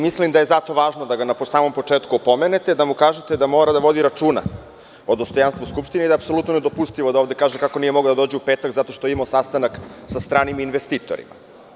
Mislim da je zato važno da ga na samom početku opomenete i da mu kažete da mora da vodi računa o dostojanstvu Skupštine i da je apsolutno nedopustivo da kaže kako nije mogao da dođe u petak zato što je imao sastanak sa stranim investitorima.